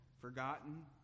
forgotten